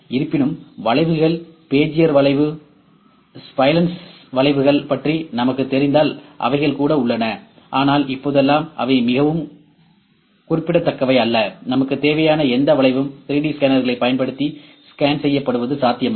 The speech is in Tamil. இருப்பினும் வளைவுகள் பெஜியர் வளைவு ஸ்பைலைன் வளைவுகள் பற்றி நமக்குத் தெரிந்தால் அவைகள் கூட உள்ளன ஆனால் இப்போதெல்லாம் அவை மிகவும் குறிப்பிடத்தக்கவை அல்ல நமக்குத் தேவையான எந்த வளைவும் 3D ஸ்கேனர்களைப் பயன்படுத்தி ஸ்கேன் செய்யப்படுவது சாத்தியமாகும்